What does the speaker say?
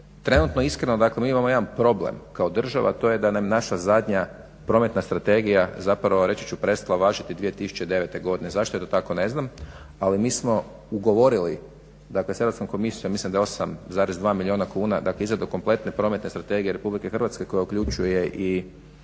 Trenutno iskreno mi imamo jedan problem kao država, a to je da nam naša zadnja Prometna strategija reći ću prestala važiti 2009.godine. zašto je to tako ne znam, ali mi smo ugovorili sa EU komisijiom mislim 8,2 milijuna kuna izradu kompletne prometne strategije RH koja uključuje i